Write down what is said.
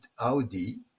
Audi